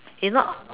if not